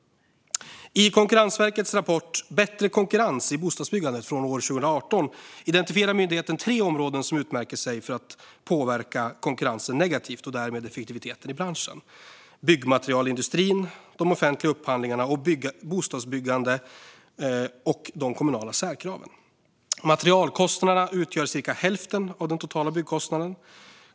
I Konkurrensverkets rapport Bättre konkurrens i bostadsbyggandet från år 2018 identifierar myndigheten tre områden som utmärker sig för att påverka konkurrensen negativt och därmed effektiviteten i branschen: byggmaterialindustrin, de offentliga upphandlingarna av bostadsbyggande och de kommunala särkraven. Materialkostnaderna utgör cirka hälften av den totala byggkostnaden.